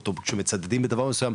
שמצדדים בדבר מסוים,